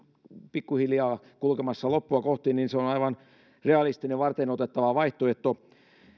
pikkuhiljaa kulkemassa loppua kohti on aivan realistinen ja varteenotettava vaihtoehto